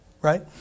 Right